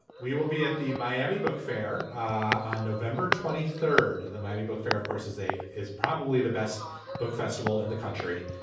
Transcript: we will be at the miami book fair on november twenty third at the miami book fair of course is a is probably the best book festival in the country.